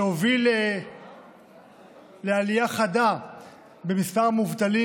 שהוביל לעלייה חדה במספר המובטלים